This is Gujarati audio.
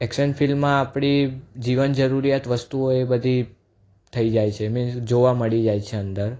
એક્શન ફિલ્મમાં આપણી જીવન જરૂરિયાત વસ્તુ હોય એ બધી થઈ જાય છે મીન્સ જોવા મળી જાય છે અંદર